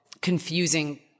confusing